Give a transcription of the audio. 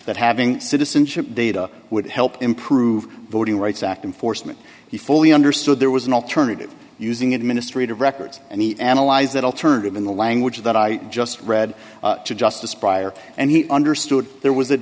that having citizenship data would help improve voting rights act and force me he fully understood there was an alternative using administrative records and he analyzed that alternative in the language that i just read to justice pryor and he understood there was a